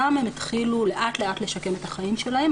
שם הן התחילו לאט לאט לשקם את החיים שלהן.